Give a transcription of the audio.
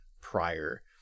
prior